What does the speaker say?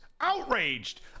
outraged